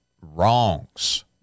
wrongs